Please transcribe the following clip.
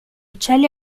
uccelli